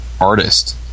artist